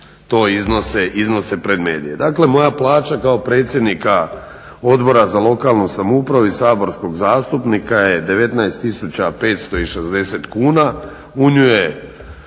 to iznose pred medije. Dakle moja plaća kao predsjednika Odbora za lokalnu samoupravu i saborskog zastupnika je 19 tisuća 560 kuna. U nju je